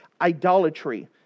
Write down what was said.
idolatry